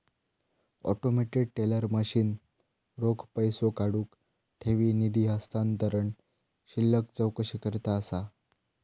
automated teller machine रोख पैसो काढुक, ठेवी, निधी हस्तांतरण, शिल्लक चौकशीकरता असा